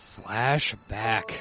flashback